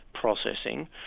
processing